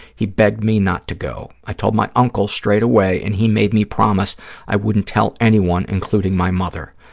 he begged me not to go. i told my uncle straight away and he made me promise i wouldn't tell anyone, including my mother.